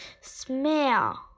smell